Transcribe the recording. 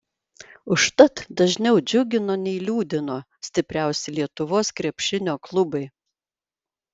užtat dažniau džiugino nei liūdino stipriausi lietuvos krepšinio klubai